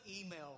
email